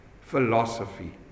Philosophy